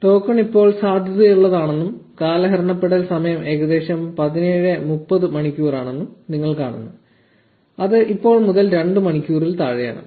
token ഇപ്പോൾ സാധുതയുള്ളതാണെന്നും കാലഹരണപ്പെടൽ സമയം ഏകദേശം 1730 മണിക്കൂറാണെന്നും നിങ്ങൾ കാണുന്നു ഇത് ഇപ്പോൾ മുതൽ 2 മണിക്കൂറിൽ താഴെയാണ്